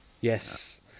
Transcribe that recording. yes